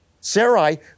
Sarai